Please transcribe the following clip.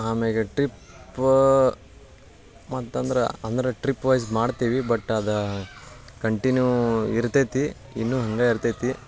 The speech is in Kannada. ಆಮ್ಯಾಲೆ ಟ್ರಿಪ್ಪಾ ಮತ್ತಂದ್ರೆ ಅಂದ್ರೆ ಟ್ರಿಪ್ವೈಸ್ ಮಾಡ್ತೀವಿ ಬಟ್ ಅದೇ ಕಂಟಿನ್ಯೂ ಇರ್ತೈತಿ ಇನ್ನೂ ಹಂಗೇ ಇರ್ತೈತಿ